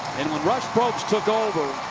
probst took over,